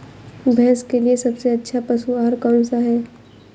भैंस के लिए सबसे अच्छा पशु आहार कौन सा है?